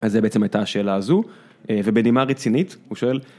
אז זה בעצם הייתה השאלה הזו ובנימה רצינית הוא שואל.